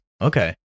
Okay